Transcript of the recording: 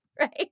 right